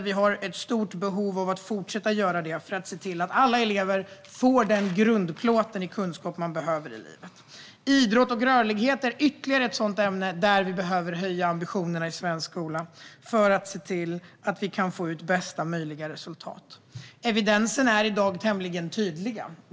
Vi har ett stort behov av att fortsätta göra det för att se till att alla elever får den grundplåt som man behöver i livet. Idrott och rörlighet är ytterligare ett ämne där vi behöver höja ambitionerna i svensk skola för att se till att få ut bästa möjliga resultat. Evidensen är i dag tämligen tydlig.